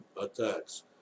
attacks